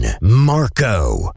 marco